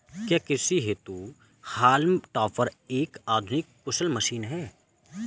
क्या कृषि हेतु हॉल्म टॉपर एक आधुनिक कुशल मशीन है?